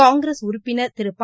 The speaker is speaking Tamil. காங்கிரஸ் உறுப்பினர் திரு ப